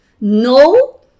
No